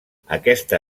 aquesta